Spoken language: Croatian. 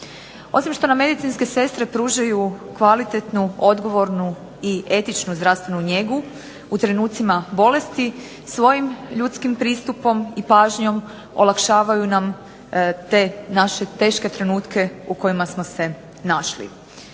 Osim što nam medicinske sestre pružaju kvalitetnu, odgovornu i etičnu zdravstvenu njegu u trenucima bolesti, svojim ljudskim pristupom i pažnjom olakšavaju nam te naše teške trenutke u kojima smo se našli.